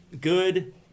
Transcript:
good